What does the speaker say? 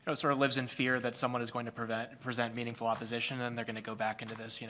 so sort of lives in fear that someone is going to present present meaningful opposition and they're going to go back into this, you know